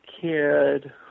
kid